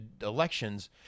elections